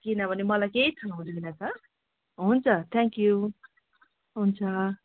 किनभने मलाई केही थाहा हुँदैन त हुन्छ थ्याङ्क्यु हुन्छ